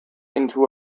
into